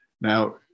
Now